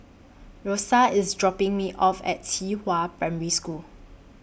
Rosia IS dropping Me off At Qihua Primary School